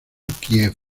kiev